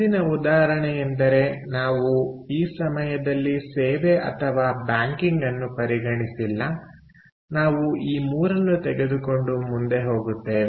ಹಿಂದಿನ ಉದಾಹರಣೆಯಿಂದ ನಾವು ಈ ಸಮಯದಲ್ಲಿ ಸೇವೆ ಅಥವಾ ಬ್ಯಾಂಕಿಂಗ್ ಅನ್ನು ಪರಿಗಣಿಸಿಲ್ಲ ನಾವು ಈ ಮೂರನ್ನು ತೆಗೆದುಕೊಂಡು ಮುಂದೆ ಹೋಗುತ್ತೇವೆ